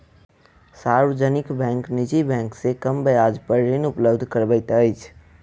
सार्वजनिक बैंक निजी बैंक से कम ब्याज पर ऋण उपलब्ध करबैत अछि